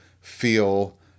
feel